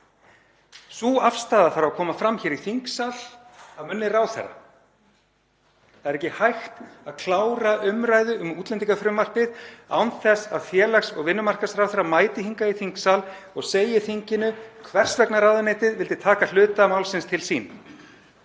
Sú afstaða þarf að koma fram hér í þingsal af munni ráðherra. Það er ekki hægt að klára umræðu um útlendingafrumvarpið án þess að félags- og vinnumarkaðsráðherra mæti hingað í þingsal og segi þinginu hvers vegna ráðuneytið vildi taka hluta málsins til sín.